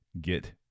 Get